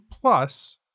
plus